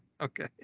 Okay